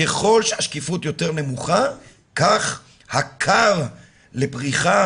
ככל שהשקיפות יותר נמוכה כך הכר לפריחה